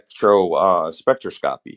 spectroscopy